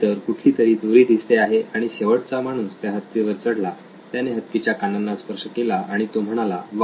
ही तर कुठलीतरी दोरी दिसते आहे आणि शेवटचा माणूस त्या हत्तीवर चढला त्याने हत्तीच्या कानांना स्पर्श केला आणि तो म्हणाला वा